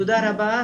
תודה רבה.